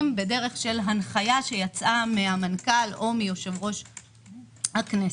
ובדרך של הנחיה שיצאה מהמנכ"ל או מיושב-ראש הכנסת.